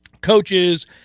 coaches